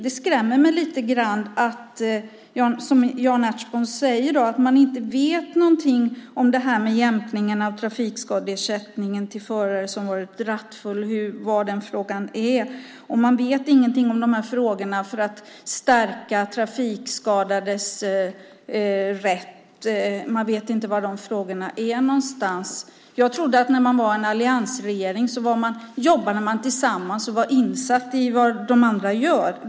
Det skrämmer mig lite grann att, som Jan Ertsborn säger, man inte vet var frågan om jämkningen av trafikskadeersättningen till förare som varit rattfulla är. Och man vet ingenting om frågorna om att stärka trafikskadades rätt. Man vet inte var de frågorna är någonstans. Jag trodde att man i en alliansregering jobbade tillsammans och var insatt i vad de andra gör.